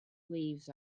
leaves